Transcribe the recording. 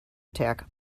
attack